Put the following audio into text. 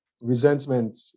Resentment